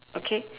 okay